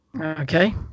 Okay